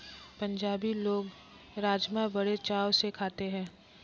पंजाबी लोग राज़मा बड़े चाव से खाते हैं